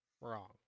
Wrong